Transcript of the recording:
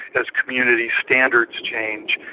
as community standards change,